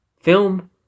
film